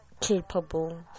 capable